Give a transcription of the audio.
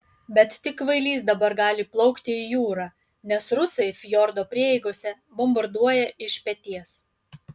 bet tik kvailys dabar gali plaukti į jūrą nes rusai fjordo prieigose bombarduoja iš peties